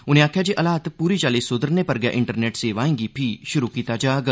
उनें आखेआ जे हालात पूरी चाल्ली सुधरने पर गै इंटरनेट सेवाएं गी षुरु कीता जाग